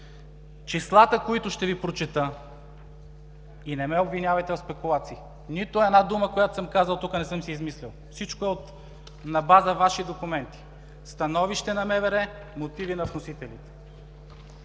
Числата, които ще Ви прочете, и не ме обвинявайте в спекулации, нито една дума, която съм казал тук, не съм си я измислил, всичко е на база Ваши документи – становище на МВР, мотиви на вносителите.